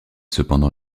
cependant